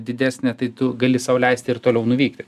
didesnė tai tu gali sau leist ir toliau nuvykti